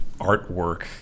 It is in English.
artwork